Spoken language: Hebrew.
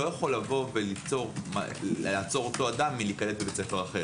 זה לא יכול לעצור אותו אדם מלהיקלט לבית ספר אחר,